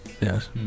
Yes